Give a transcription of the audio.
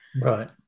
Right